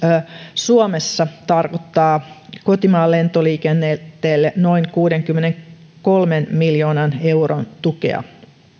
suomessa tarkoittaa kotimaan lentoliikenteelle noin kuudenkymmenenkolmen miljoonan euron tukea